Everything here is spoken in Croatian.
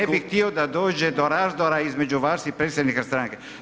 Ne bi htio da dođe do razdora između vas i predsjednika stranke.